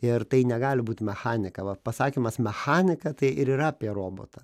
ir tai negali būt mechanika va pasakymas mechanika tai ir yra apie robotą